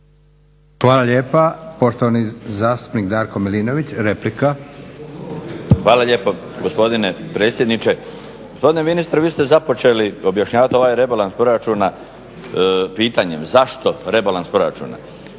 Hvala lijepa. Poštovani zastupnik Darko Milinović, replika. **Milinović, Darko (HDZ)** Hvala lijepo gospodine predsjedniče. Gospodine ministre, vi ste započeli objašnjavat ovaj rebalans proračuna pitanjem, zašto rebalans proračuna?